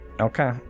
Okay